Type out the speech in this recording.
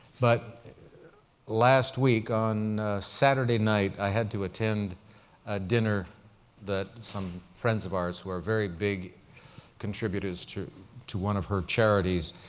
but last week, on a saturday night, i had to attend a dinner that some friends of ours who are very big contributors to to one of her charities.